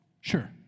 Sure